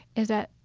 is that,